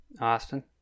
Austin